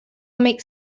make